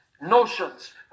notions